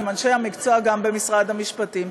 יחד עם אנשי המקצוע במשרד המשפטים,